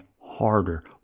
harder